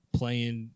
playing